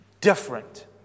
different